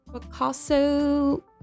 Picasso